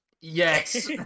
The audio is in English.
Yes